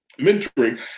Mentoring